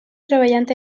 treballant